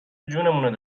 جونمون